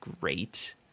great